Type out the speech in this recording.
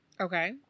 okay